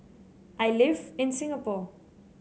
I live in Singapore